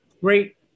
great